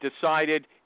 decided